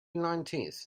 nineteenth